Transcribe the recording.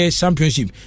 championship